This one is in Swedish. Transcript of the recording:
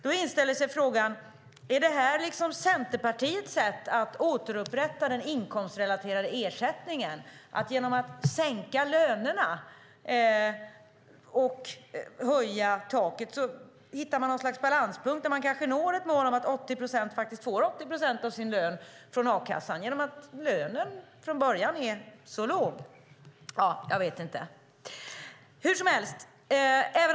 Då inställer sig frågan om det är Centerpartiets sätt att återupprätta den inkomstrelaterade ersättningen, det vill säga genom att sänka lönerna och höja taket hitta något slags balanspunkt där man kanske når ett mål om att 80 procent faktiskt får 80 procent av sin lön från a-kassan. Det sker genom att lönen från början är så låg. Ja, jag vet inte. Hur som helst!